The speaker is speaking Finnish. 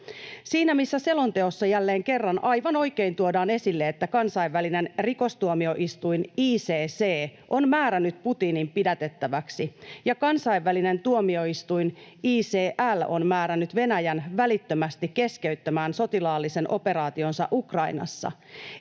Siinä missä selonteossa jälleen kerran aivan oikein tuodaan esille, että kansainvälinen rikostuomioistuin ICC on määrännyt Putinin pidätettäväksi ja kansainvälinen tuomioistuin ICJ on määrännyt Venäjän välittömästi keskeyttämään sotilaallisen operaationsa Ukrainassa,